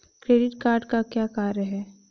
Credit card का क्या कार्य है?